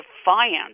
defiance